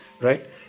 right